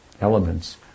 elements